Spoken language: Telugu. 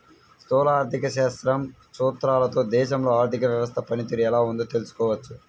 స్థూల ఆర్థిక శాస్త్రం సూత్రాలతో దేశంలో ఆర్థిక వ్యవస్థ పనితీరు ఎలా ఉందో తెలుసుకోవచ్చు